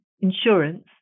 insurance